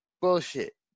bullshit